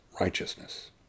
righteousness